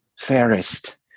fairest